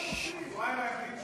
גם לך אין פריימריז.